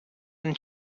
and